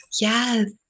yes